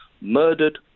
murdered